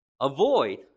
Avoid